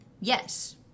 yes